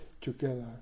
together